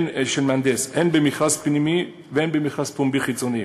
הן במכרז פנימי והן במכרז פומבי חיצוני.